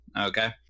Okay